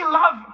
love